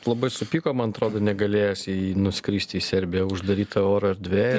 labai supyko man atrodo negalėjęs į nuskristi į serbiją uždaryta oro erdve